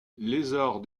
lézard